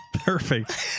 Perfect